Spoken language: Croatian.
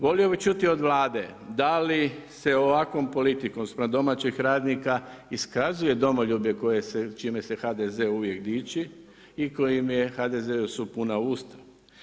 Volio bi čuti od Vlade, da li se ovakvom politikom spram domaćih radnika iskazuje domoljublje koje se, čime se HDZ uvijek dići i kojim je HDZ-u s puna usta?